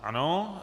Ano.